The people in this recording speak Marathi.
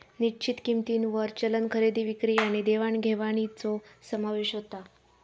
निश्चित किंमतींवर चलन खरेदी विक्री आणि देवाण घेवाणीचो समावेश होता